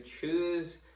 choose